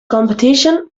competition